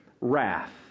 wrath